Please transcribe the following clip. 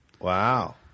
Wow